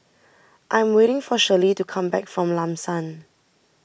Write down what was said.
I'm waiting for Shirley to come back from Lam San